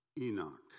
Enoch